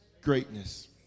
greatness